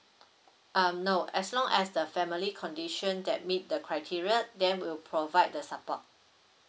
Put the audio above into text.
um no as long as the family condition that meet the criteria then we'll provide the support